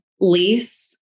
lease